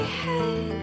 head